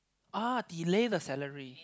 ah delay the salary